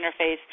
interface